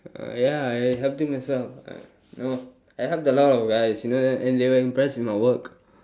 ya I helped him myself you know I helped a lot of guys you know and they were impressed with my work